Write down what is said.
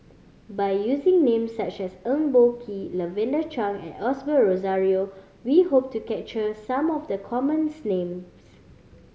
by using names such as Eng Boh Kee Lavender Chang and Osbert Rozario we hope to capture some of the common names